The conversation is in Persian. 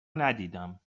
ندیدم